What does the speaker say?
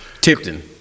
Tipton